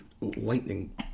Lightning